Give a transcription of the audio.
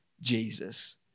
Jesus